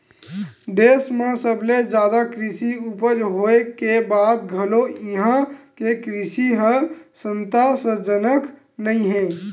देस म सबले जादा कृषि उपज होए के बाद घलो इहां के कृषि ह संतासजनक नइ हे